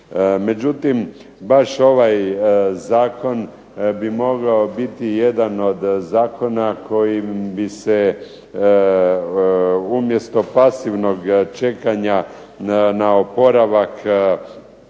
Međutim, baš ovaj zakon bi mogao biti jedan od zakona kojim bi se umjesto pasivnog čekanja na oporavak